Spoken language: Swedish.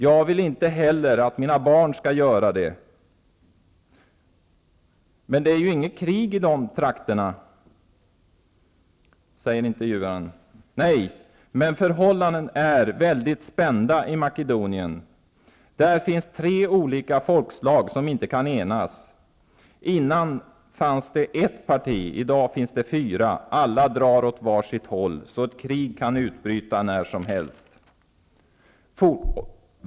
Jag vill inte heller att mina barn skall göra det. -- Men det är ju inget krig i de trakterna. -- Nej, men förhållandena är väldigt spända i Makedonien. Där finns tre olika folkslag, som inte kan enas. Innan fanns det ett parti, i dag finns det fyra. Alla drar åt var sitt håll. Så ett krig kan utbryta när som helst.